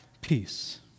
peace